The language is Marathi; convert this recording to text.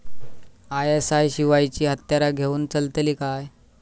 आय.एस.आय शिवायची हत्यारा घेऊन चलतीत काय?